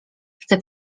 chcę